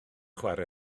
chwarae